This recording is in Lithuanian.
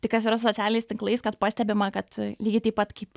tai kas yra socialiniais tinklais kad pastebima kad lygiai taip pat kaip